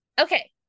okay